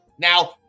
Now